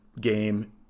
game